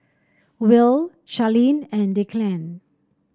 will Charlene and Declan